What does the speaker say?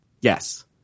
Yes